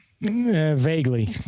vaguely